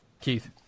Keith